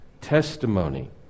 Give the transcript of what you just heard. Testimony